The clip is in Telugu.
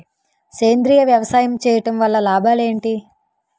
సేంద్రీయ వ్యవసాయం చేయటం వల్ల లాభాలు ఏంటి?